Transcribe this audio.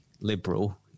liberal